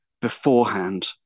beforehand